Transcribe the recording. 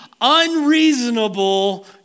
unreasonable